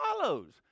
follows